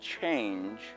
change